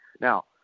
Now